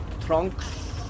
trunks